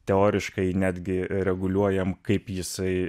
teoriškai netgi reguliuojam kaip jisai